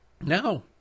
No